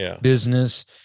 business